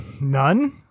None